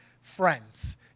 friends